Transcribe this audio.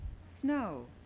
Snow